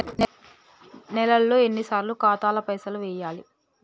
నెలలో ఎన్నిసార్లు ఖాతాల పైసలు వెయ్యాలి?